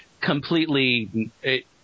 completely